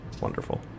Wonderful